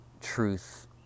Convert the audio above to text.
truth